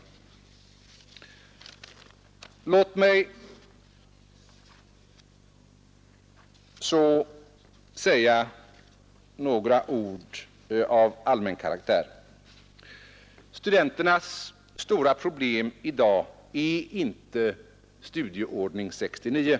Låt mig så säga några ord av allmän karaktär. Studenternas stora problem i dag är inte Studieordning 1969.